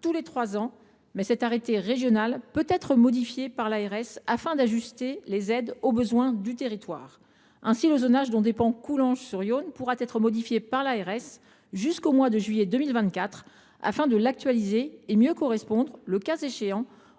tous les trois ans, mais l’arrêté régional peut être modifié par l’ARS, afin d’ajuster les aides aux besoins du territoire. Ainsi le zonage dont dépend Coulanges sur Yonne pourra être modifié par l’ARS jusqu’au mois de juillet 2024, afin de l’actualiser et de mieux correspondre, le cas échéant,